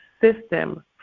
system